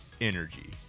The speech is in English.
energy